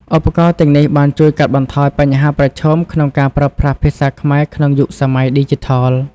ឧបករណ៍ទាំងនេះបានជួយកាត់បន្ថយបញ្ហាប្រឈមក្នុងការប្រើប្រាស់ភាសាខ្មែរក្នុងយុគសម័យឌីជីថល។